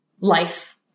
life